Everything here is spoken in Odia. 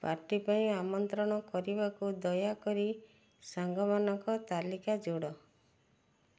ପାର୍ଟୀ ପାଇଁ ଆମନ୍ତ୍ରଣ କରିବାକୁ ଦୟାକରି ସାଙ୍ଗମାନଙ୍କ ତାଲିକା ଯୋଡ଼